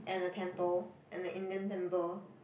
and a temple and a Indian temple